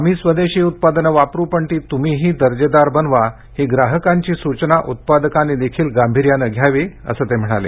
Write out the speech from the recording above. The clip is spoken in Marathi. आम्ही स्वदेशी उत्पादने वापरू पण ती तुम्हीही दर्जेदार बनवा ही ग्राहकांची सूचना उत्पादकांनीदेखील गांभिर्याने घ्यावी असं ते म्हणाले